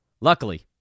Luckily